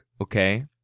Okay